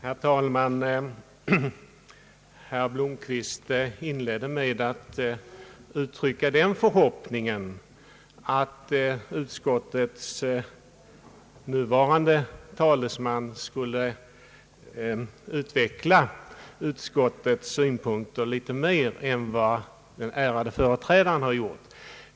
Herr talman! Herr Blomquist inledde sitt anförande med att uttrycka den förhoppningen att utskottets nuvarande talesman skulle utveckla utskottsmajoritetens synpunkter litet mer än den ärade företrädaren gjort.